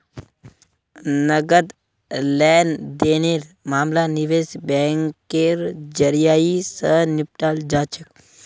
नकद लेन देनेर मामला निवेश बैंकेर जरियई, स निपटाल जा छेक